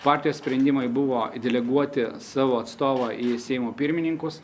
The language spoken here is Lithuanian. partijos sprendimai buvo deleguoti savo atstovą į seimo pirmininkus